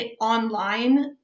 online